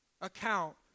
account